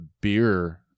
beer